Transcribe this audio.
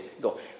Go